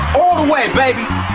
way, baby.